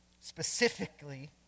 specifically